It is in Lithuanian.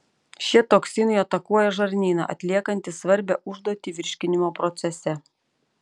šie toksinai atakuoja žarnyną atliekantį svarbią užduotį virškinimo procese